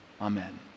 Amen